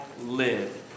live